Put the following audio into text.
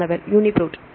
மாணவர் யுனி ப்ரோட்